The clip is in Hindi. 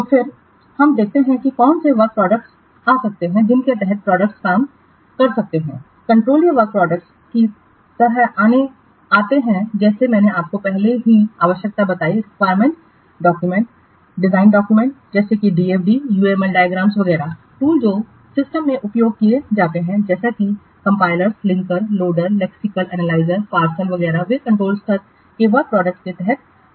तो फिर हम देखते हैं कि कौन से वर्क प्रोडक्ट आ सकते हैं जिनके तहत प्रोडक्ट काम कर सकते हैं कंट्रोलीय वर्क प्रोडक्टस की तरह आते हैं जैसे मैंने आपको पहले ही आवश्यकता बताई है रिक्वायरमेंट डॉक्यूमेंट डिज़ाइन डॉक्यूमेंट जैसे कि DFDs UML डायग्रामस वगैरह टूल जो सिस्टम में उपयोग किए जाते हैं जैसे कि compilers linkers loader lexical analyser parser वगैरह वे कंट्रोल स्तर के वर्क प्रोडक्ट के तहत आ सकते हैं